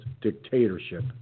dictatorship